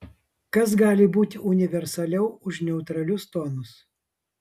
kas gali būti universaliau už neutralius tonus